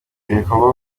bikorwa